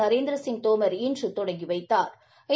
நரேந்திர சிங் தோமா் இன்று தொடங்கி வைத்தாா்